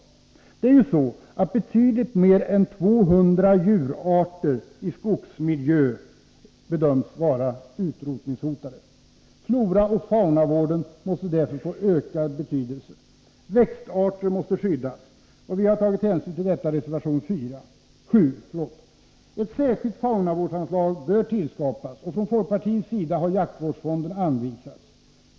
Det är ju så att betydligt mer än 200 djurarter i skogsmiljö bedöms vara utrotningshotade. Floraoch faunavården måste därför få ökad betydelse. Växtarter måste skyddas. Vi har tagit hänsyn till detta i reservation 7. Ett särskilt faunavårdsanslag bör tillskapas, och från folkpartiets sida har jaktvårdsfonden anvisats.